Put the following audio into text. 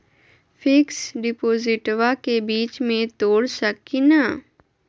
Fix डिपोजिटबा के बीच में तोड़ सकी ना?